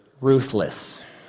ruthless